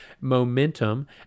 Momentum